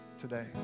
today